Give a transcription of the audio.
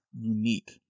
unique